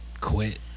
quit